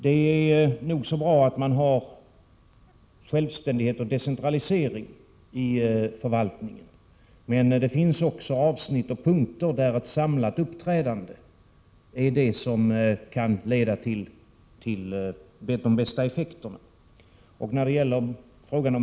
Det är nog bra att det finns självständighet och decentralisering inom förvaltningen, men det finns också avsnitt och punkter där ett samlat uppträdande är det som kan leda till de bästa effekterna.